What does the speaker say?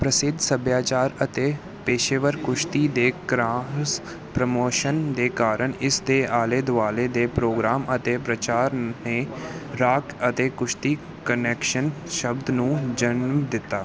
ਪ੍ਰਸਿੱਧ ਸੱਭਿਆਚਾਰ ਅਤੇ ਪੇਸ਼ੇਵਰ ਕੁਸ਼ਤੀ ਦੇ ਕਰਾਸ ਪ੍ਰਮੋਸ਼ਨ ਦੇ ਕਾਰਨ ਇਸ ਦੇ ਆਲੇ ਦੁਆਲੇ ਦੇ ਪ੍ਰੋਗਰਾਮ ਅਤੇ ਪ੍ਰਚਾਰ ਨੇ ਰਾਕ ਅਤੇ ਕੁਸ਼ਤੀ ਕਨੈਕਸ਼ਨ ਸ਼ਬਦ ਨੂੰ ਜਨਮ ਦਿੱਤਾ